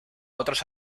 otros